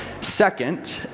Second